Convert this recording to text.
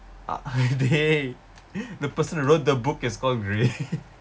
ah dey the person who wrote the book is called grey's